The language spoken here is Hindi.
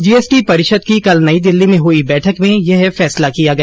जीएसटी परिषद की कल नई दिल्ली में हई बैठक में यह फैसला लिया गया